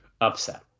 upset